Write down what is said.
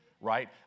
Right